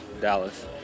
Dallas